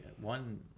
One